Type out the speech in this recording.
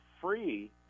free